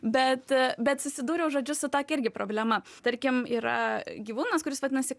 bet bet susidūriau žodžiu su tokia irgi problema tarkim yra gyvūnas kuris vadinasi